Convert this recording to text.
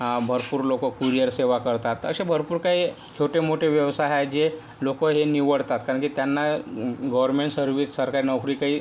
भरपूर लोक कुरियर सेवा करतात असे भरपूर काही छोटे मोठे व्यवसाय आहे जे लोक हे निवडतात कारण की त्यांना गोवर्मेंट सर्विससारख्या नोकरी काही